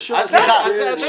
די.